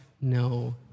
No